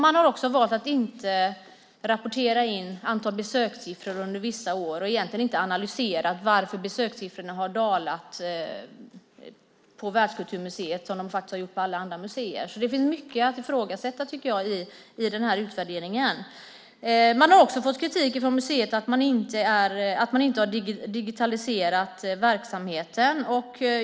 Man har också valt att inte rapportera in siffrorna för antal besök under vissa år och egentligen inte analyserat varför besökssiffrorna har dalat på Världskulturmuseet, vilket de faktiskt har gjort på alla andra museer. Jag tycker att det finns mycket att ifrågasätta i denna utvärdering. Museet har också fått kritik för att man inte har digitaliserat verksamheten.